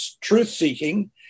truth-seeking